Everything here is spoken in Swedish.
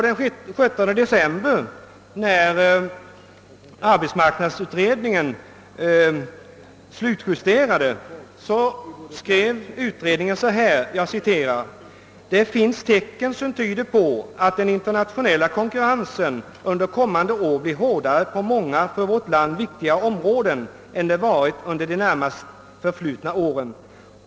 Den 17 december 1964, när arbetsmarknadsutredningen slutjusterades, skrev utredningen så här: »Det finns tecken som tyder på att den internationella konkurrensen un der kommande år blir hårdare på många för vårt land viktiga områden än den varit under de närmast förflutna åren.